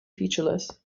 featureless